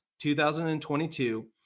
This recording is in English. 2022